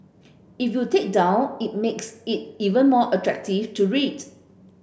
if you take down it makes it even more attractive to read